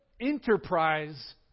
enterprise